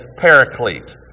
paraclete